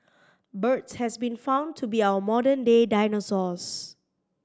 birds have been found to be our modern day dinosaurs